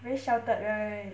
very sheltered right